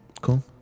Cool